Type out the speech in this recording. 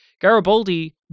garibaldi